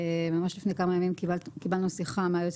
ממש לפני כמה ימים קיבלנו שיחה מהיועץ